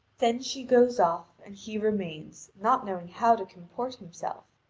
then she goes off, and he remains, not knowing how to comport himself.